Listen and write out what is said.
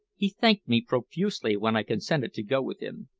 he thanked me profusely when i consented to go with him.